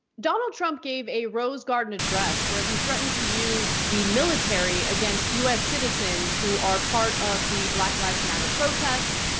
donald trump gave a rose garden address where he threatened to use the military against us citizens who are part of the black lives matter protests.